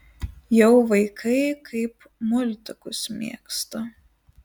jau vaikai kaip multikus mėgsta